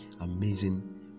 amazing